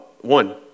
One